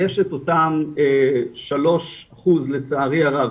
יש את אותם שלוש אחוז לצערי הרב,